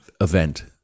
event